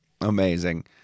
Amazing